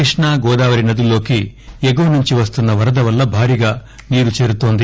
కృష్ణా గోదావరి నదుల్లోకి ఎగువ నుంచి వస్తున్న వరద వల్ల భారీగా నీరు చేరుతోంది